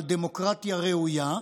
על דמוקרטיה ראויה,